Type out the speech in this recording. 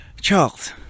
Charles